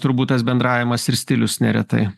turbūt tas bendravimas ir stilius neretai